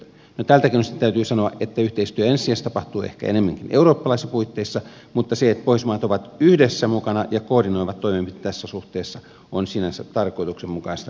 no tältäkin osin täytyy sanoa että yhteistyö ensi sijassa tapahtuu ehkä enemmänkin eurooppalaisissa puitteissa mutta se että pohjoismaat ovat yhdessä mukana ja koordinoivat toimenpiteitä tässä suhteessa on sinänsä tarkoituksenmukaista ja perusteltua